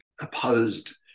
opposed